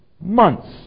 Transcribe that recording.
months